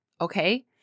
okay